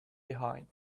behind